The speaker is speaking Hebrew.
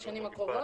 בשנים הקרובות.